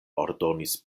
ordonis